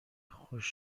خوش